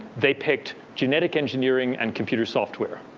they picked genetic engineering and computer software.